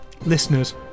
listeners